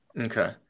okay